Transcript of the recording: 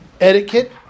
Etiquette